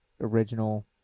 original